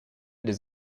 des